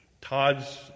todd's